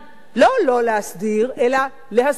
אפשר לא לא להסדיר, אלא להסדיר